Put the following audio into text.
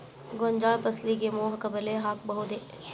ಗೋಂಜಾಳ ಫಸಲಿಗೆ ಮೋಹಕ ಬಲೆ ಹಾಕಬಹುದೇ?